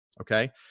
okay